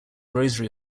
rosary